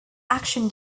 action